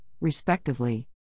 respectively